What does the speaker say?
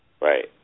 Right